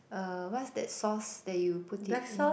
uh what's that sauce that you put it in